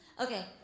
Okay